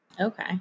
Okay